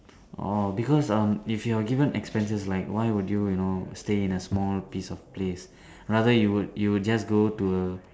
orh because um if you are given expenses like why would you you know stay in a small piece of place rather you would you just go to a